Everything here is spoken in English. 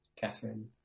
catherine